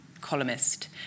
columnist